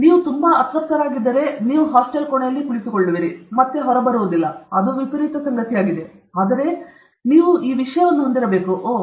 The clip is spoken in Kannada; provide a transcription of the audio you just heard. ನೀವು ತುಂಬಾ ಅತೃಪ್ತರಾಗಿದ್ದರೆ ನೀವು ಹಾಸ್ಟೆಲ್ ಕೋಣೆಯಲ್ಲಿ ಕುಳಿತುಕೊಳ್ಳುತ್ತೀರಿ ಮತ್ತು ನೀವು ಹೊರಬರುವುದಿಲ್ಲ ಅದು ವಿಪರೀತ ಸಂಗತಿಯಾಗಿದೆ ಆದರೆ ನೀವು ಈ ವಿಷಯವನ್ನು ಹೊಂದಿರಬೇಕು ಓಹ್